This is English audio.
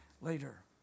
later